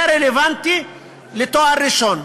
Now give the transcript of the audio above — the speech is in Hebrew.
זה רלוונטי לתואר ראשון.